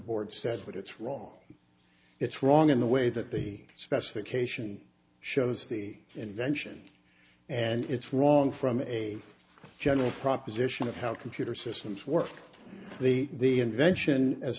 board said but it's wrong it's wrong in the way that the specification shows the invention and it's wrong from a general proposition of how computer systems work the the invention as